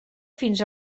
fins